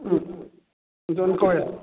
ꯎꯝ John ꯀꯧꯋꯦ